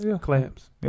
Clamps